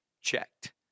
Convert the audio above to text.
checked